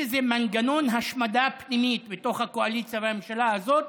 יש איזה מנגנון השמדה פנימי בתוך הקואליציה והממשלה הזאת,